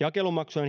jakelumaksujen